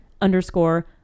underscore